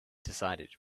decided